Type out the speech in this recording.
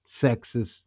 sexist